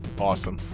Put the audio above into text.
Awesome